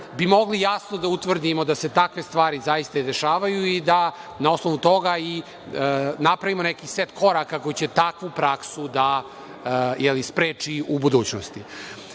bi mogli jasno da utvrdimo da se takve stvari zaista i dešavaju i da na osnovu toga napravimo neki set koraka koji će takvu praksu da spreči u budućnosti. Vlast